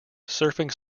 surfing